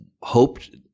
hoped